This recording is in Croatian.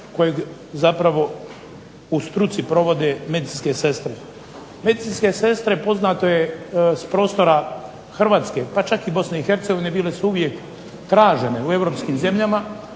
kojeg zapravo u struci provode medicinske sestre. Medicinske sestre, poznato je, s prostora Hrvatske pa čak i Bosne i Hercegovine bile su uvijek tražene u europskim zemljama